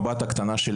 הבת הקטנה שלי,